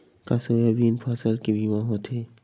का सोयाबीन फसल के बीमा होथे?